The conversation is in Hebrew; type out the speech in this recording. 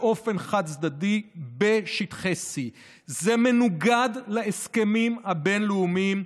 באופן חד-צדדי בשטחי C. זה מנוגד להסכמים הבין-לאומיים,